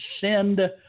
send